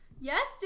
yes